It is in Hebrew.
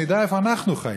שנדע איפה אנחנו חיים.